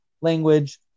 language